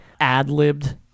ad-libbed